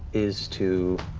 is to